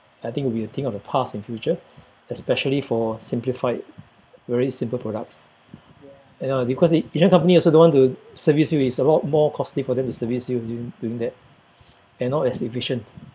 I think we'll think of the past and future especially for simplified very simple products you know because it even company also don't want to service you it's a lot more costly for them to service you using doing that and not as efficient